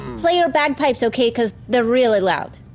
play your bagpipes, okay, because they're really loud.